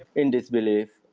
in disbelief.